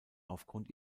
aufgrund